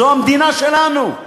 זו המדינה שלנו,